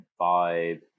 vibe